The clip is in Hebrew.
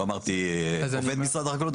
לא אמרתי עובדי משרד החקלאות.